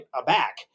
aback